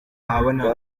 ahabona